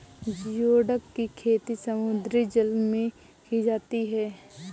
geoduck की खेती समुद्री जल में की जाती है